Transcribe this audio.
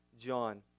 John